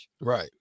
Right